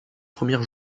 premières